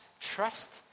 trust